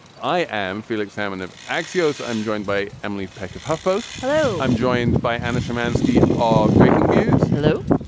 i am felix salmon of axios. i'm joined by emily peck of huffpost. hello. i'm joined by anna shymansky of breakingviews. hello.